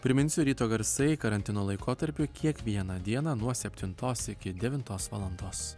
priminsiu ryto garsai karantino laikotarpiu kiekvieną dieną nuo septintos iki devintos valandos